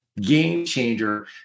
game-changer